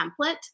template